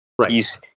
Right